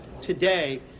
today